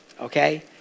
Okay